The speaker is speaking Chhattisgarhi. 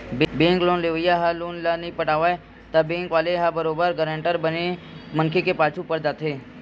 बेंक लोन लेवइया ह लोन ल नइ पटावय त बेंक वाले ह बरोबर गारंटर बने मनखे के पाछू पड़ जाथे